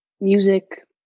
music